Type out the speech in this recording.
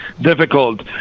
difficult